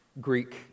Greek